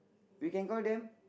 we can call them